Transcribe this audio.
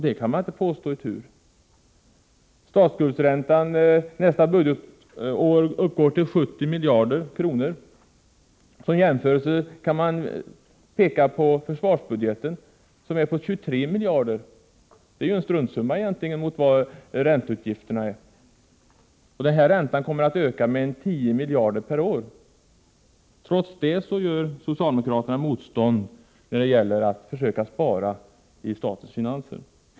Det kan man inte påstå är tur. Räntan på statsskulden beräknas nästa budgetår uppgå till 70 miljarder kronor. Som jämförelse kan nämnas att försvarsbudgeten är på 23 miljarder, vilket ju egentligen är en struntsumma jämfört med dessa ränteutgifter. Och räntan på statsskulden kommer att öka med 10 miljarder per år. Trots detta gör socialdemokraterna motstånd när det gäller att försöka spara i statens finanser. Fru talman!